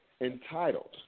entitled